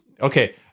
okay